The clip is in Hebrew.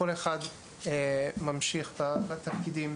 כל אחד ממשיך בתפקידים